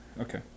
okay